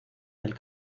del